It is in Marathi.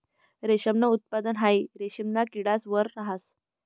रेशमनं उत्पादन हाई रेशिमना किडास वर रहास